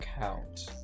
count